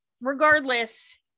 Regardless